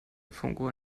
funkuhr